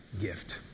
gift